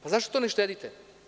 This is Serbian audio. Zašto to ne štedite?